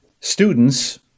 students